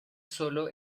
sólo